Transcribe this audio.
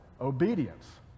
obedience